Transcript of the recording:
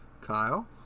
Kyle